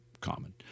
common